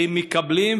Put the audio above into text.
והם מקבלים,